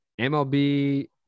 MLB